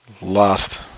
Last